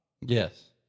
Yes